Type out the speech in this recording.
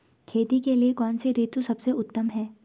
खेती के लिए कौन सी ऋतु सबसे उत्तम है?